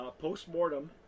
post-mortem